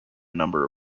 number